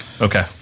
Okay